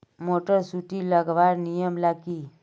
Motor सुटी लगवार नियम ला की?